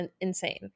insane